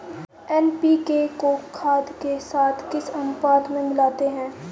NPK को खाद के साथ किस अनुपात में मिलाते हैं?